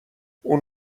اون